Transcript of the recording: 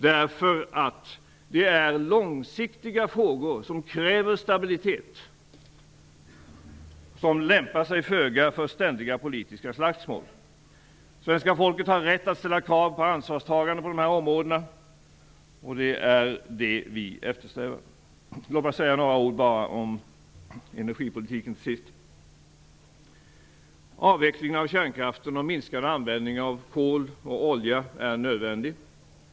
Dessa frågor är långsiktiga och kräver stabilitet, och de lämpar sig föga för ständiga politiska slagsmål. Svenska folket har rätt att ställa krav på ansvarstagande när det gäller dessa områden, och det är ett sådant som vi eftersträvar. Låt mig bara till sist säga några ord om energipolitiken. Avveckling av kärnkraften och minskad användning av kol och olja är nödvändigt.